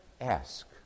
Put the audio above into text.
ask